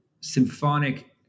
symphonic